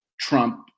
Trump